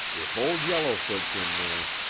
if old yellowfoot's in there,